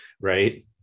right